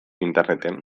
interneten